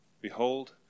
Behold